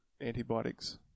antibiotics